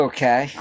Okay